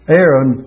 Aaron